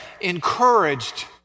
encouraged